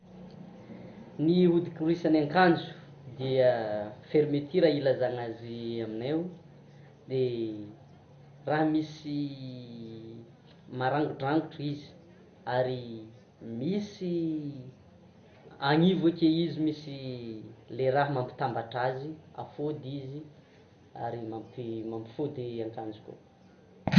Ny hidikorisan'ny akanjo dia fermeture ilazana azy aminaio de raha misy marangidrangitra izy ary misy anivo ake izy misy le raha mampitambatra azy, afôdy izy ary mampi- mampifôdy akanjo koa.